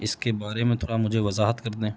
اس کے بارے میں تھوڑا مجھے وضاحت کر دیں